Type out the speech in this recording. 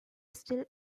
steel